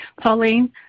Pauline